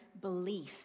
belief